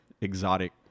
exotic